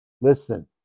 Listen